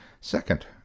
Second